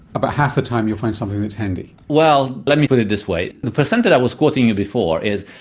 about half the time you'll find something that's handy. well, let me put it this way the per cent that i was quoting you before is,